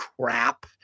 crap